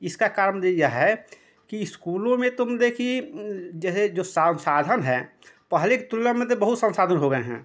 इसका काम दे यह है कि इस्कूलों में तुम देखिए जैसे जो साव साधन हैं पहले की तुलना में मतलब बहुत संसाधन हो गए हैं